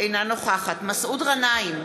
אינה נוכחת מסעוד גנאים,